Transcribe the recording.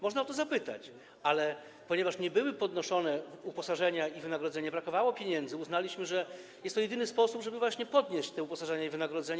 Można o to zapytać, ale ponieważ nie były podnoszone uposażenia i wynagrodzenia, a brakowało pieniędzy, to uznaliśmy, że jest to jedyny sposób, żeby podnieść te uposażenia i wynagrodzenia.